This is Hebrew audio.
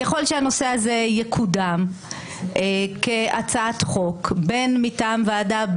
ככל שהנושא הזה יקודם כהצעת חוק, בין מטעם ועדה,